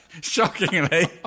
shockingly